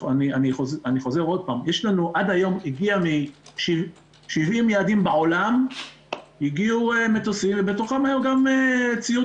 עד היום הגיעו מ-70 יעדים בעולם מטוסים הגיעו מטוסים ובתוכם היו גם ציוד